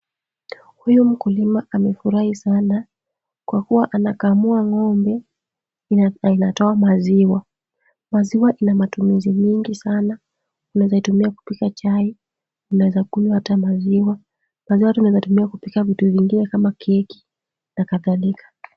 Huyu mkulima amefurahi sana, kwa kuwa anakamua ng'ombe ina na inatoa maziwa. Maziwa ina matumizi mingi sana, unaweza itumia kupika chai, unaweza kunywa ata maziwa. Maziwa ata unaweza tumia kupika vitu vingine kama keki na kadhalika.